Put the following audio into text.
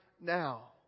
now